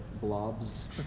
blobs